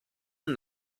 und